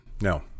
No